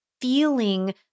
feeling